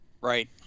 right